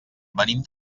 venim